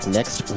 Next